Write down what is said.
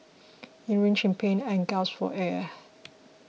he writhed in pain and gasped for air